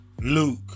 Luke